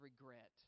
regret